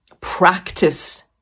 practice